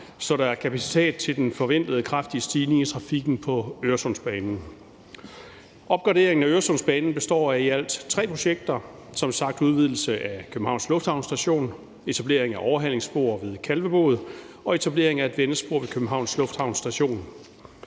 så der er kapacitet til den forventede kraftige stigning i trafikken på Øresundsbanen. Opgraderingen af Øresundsbanen består af i alt tre projekter. Det drejer sig som sagt om udvidelse af Københavns Lufthavn Station, etablering af overhalingsspor ved Kalvebod og etablering af et vendespor ved Københavns Lufthavn Station.